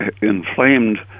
inflamed